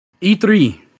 E3